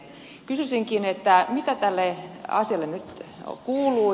kysyisinkin mitä tälle asialle nyt kuuluu